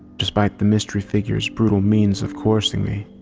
despite the mystery figure's brutal means of coercing me,